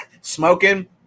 smoking